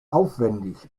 aufwendig